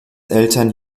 eltern